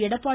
Edappadi